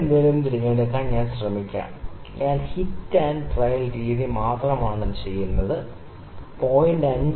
മറ്റെന്തെങ്കിലും തിരഞ്ഞെടുക്കാൻ ഞാൻ ശ്രമിക്കാം ഞാൻ ഹിറ്റ് ആൻഡ് ട്രയൽ രീതി മാത്രമാണ് ചെയ്യുന്നത് 0